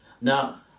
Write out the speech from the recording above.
Now